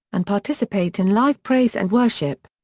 and participate in live praise and worship.